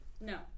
No